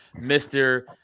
Mr